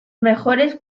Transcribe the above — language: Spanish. mejores